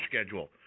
schedule